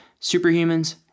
Superhumans